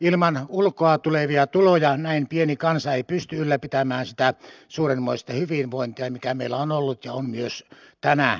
ilman ulkoa tulevia tuloja näin pieni kansa ei pysty ylläpitämään sitä suurenmoista hyvinvointia mikä meillä on ollut ja on myös tänä päivänä